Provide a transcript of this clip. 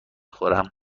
خورم